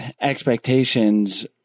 expectations